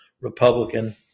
Republican